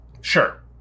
Sure